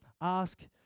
ask